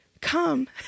come